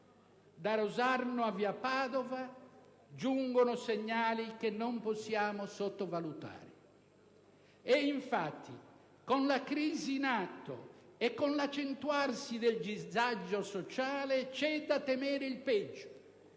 Da Rosarno a via Padova giungono segnali che non possiamo sottovalutare; infatti, con la crisi in atto e con l'accentuarsi del disagio sociale c'è da temere il peggio.